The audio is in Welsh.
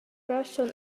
fersiwn